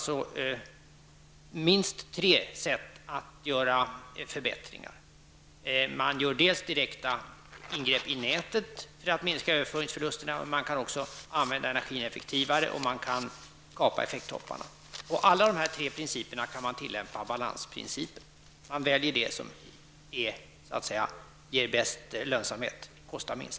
Här finns minst tre sätt att genomföra förbättringar, dels direkta ingrepp i nätet för att minska överföringsförlusterna, dels att använda energin effektivare, dels att kapa effekttopparna. Balansprincipen kan tillämpas vid alla tre sätten. Man väljer det som ger bäst lönsamhet och kostar minst.